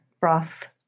broth